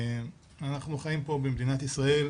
אנחנו חיים פה במדינת ישראל,